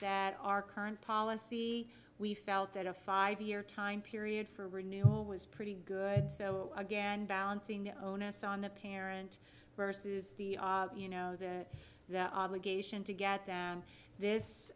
that our current policy we felt that a five year time period for renewal was pretty good so again balancing the onus on the parent versus the you know the obligation to get them